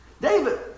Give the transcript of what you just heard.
David